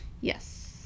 Yes